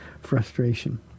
frustration